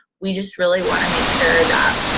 we just really wanna make sure that